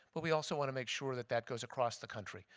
but we also want to make sure that that goes across the country.